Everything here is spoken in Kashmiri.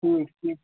ٹھیٖک ٹھیٖک